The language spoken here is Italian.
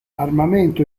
armamento